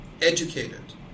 educated